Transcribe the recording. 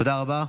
תודה רבה.